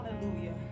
hallelujah